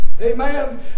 Amen